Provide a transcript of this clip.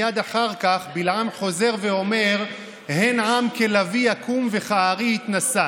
מייד אחר כך בלעם חוזר ואומר: "הן עם כלביא יקום וכארי יתנשא".